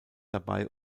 dabei